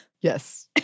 Yes